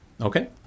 Okay